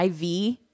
IV